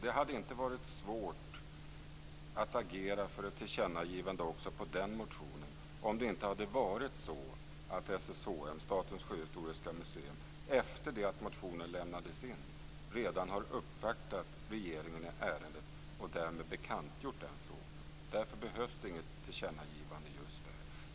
Det hade inte varit svårt att agera för ett tillkännagivande också med anledning av den motionen om det inte hade varit för att SSHM, Statens sjöhistoriska museer, efter det att motionen lämnades in har uppvaktat regeringen i ärendet och därmed bekantgjort frågan. Därför behövs det inget tillkännagivande.